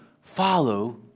follow